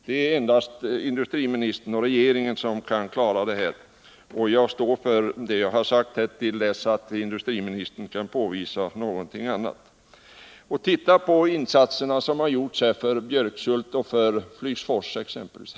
Det är endast industriministern och regeringen som kan klara problemen. Jag står för vad jag har sagt till dess att industriministern kan påvisa någonting annat. Titta på de insatser som gjorts för exempelvis Björkshult och Flygsfors!